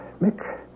Mick